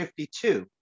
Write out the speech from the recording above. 52